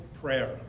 prayer